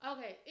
Okay